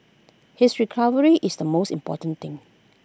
his recovery is the most important thing